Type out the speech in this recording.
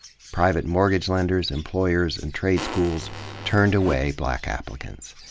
private mortgage lenders, employers, and trade schools turned away black applicants.